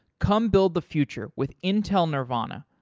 come build the future with intel nervana.